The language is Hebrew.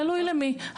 תלוי למי.